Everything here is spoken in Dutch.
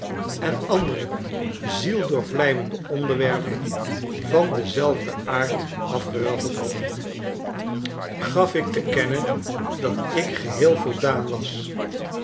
en andere zieldoorvlijmende onderwerpen van denzelfden aard afgeraffeld hadden gaf ik tekennen dat ik geheel voldaan was